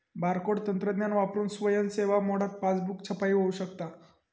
barcode तंत्रज्ञान वापरून स्वयं सेवा मोडात पासबुक छपाई होऊ शकता